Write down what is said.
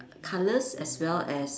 colours as well as